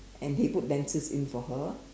and they put lenses in for her